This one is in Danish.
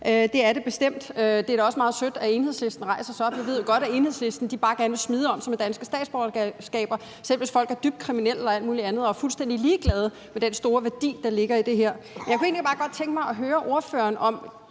det er det bestemt. Det er da også meget sødt, at Enhedslisten rejser sig op. Vi ved jo godt, at Enhedslisten bare gerne vil smide om sig med danske statsborgerskaber, selv hvis folk er dybt kriminelle og alt muligt, og de er fuldstændig ligeglade med den store værdi, der ligger i det her. Jeg kunne egentlig bare godt tænke mig at høre ordføreren om